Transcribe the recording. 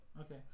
Okay